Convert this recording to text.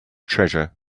treasure